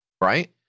Right